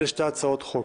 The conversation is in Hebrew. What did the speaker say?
אלה שתי הצעות החוק.